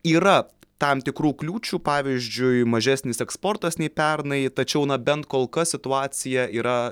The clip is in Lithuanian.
yra tam tikrų kliūčių pavyzdžiui mažesnis eksportas nei pernai tačiau na bent kol kas situacija yra